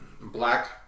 black